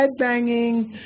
headbanging